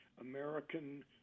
American